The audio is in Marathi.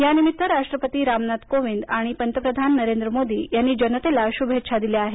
यानिमित्त राष्ट्रपती रामनाथ कोविंद आणि पंतप्रधान नरेंद्र मोदी यांनी जनतेला शुभेच्छा दिल्या आहेत